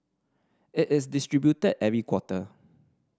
it is distributed every quarter